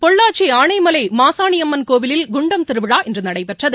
பொள்ளாச்சி ஆனைமலை மாசாணியம்மன் கோவிலில் குண்டம் திருவிழா இன்று நடைபெற்றது